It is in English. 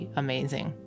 amazing